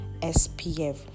SPF